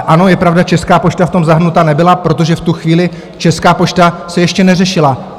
Ano, je pravda, Česká pošta v tom zahrnuta nebyla, protože v tu chvíli Česká pošta se ještě neřešila.